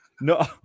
No